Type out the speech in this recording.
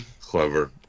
Clever